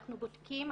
אנחנו בודקים,